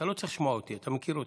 אתה לא צריך לשמוע אותי, אתה מכיר אותי.